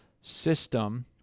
system